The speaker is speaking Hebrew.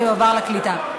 זה יועבר לקליטה.